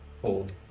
hold